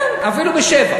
כן, אפילו ב-07:00.